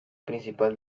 principal